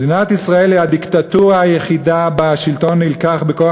מדינת ישראל היא הדיקטטורה היחידה שבה השלטון נלקח בכוח